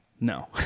No